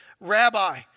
Rabbi